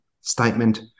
statement